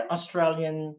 Australian